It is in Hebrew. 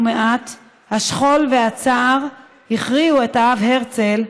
ומעט השכול והצער הכריעו את האב הרצל,